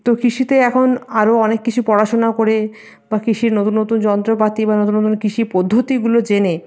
তো কৃষিতে এখন আরও অনেক কিছু পড়াশোনা করে বা কৃষির নতুন নতুন যন্ত্রপাতি বা নতুন নতুন কৃষি পদ্ধতিগুলো জেনে